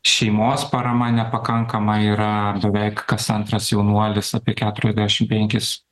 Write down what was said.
šeimos parama nepakankama yra beveik kas antras jaunuolis apie keturiasdešim penkis